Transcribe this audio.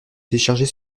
télécharger